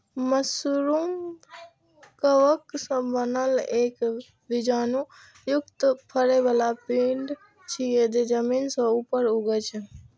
mushroom कवक सं बनल एक बीजाणु युक्त फरै बला पिंड छियै, जे जमीन सं ऊपर उगै छै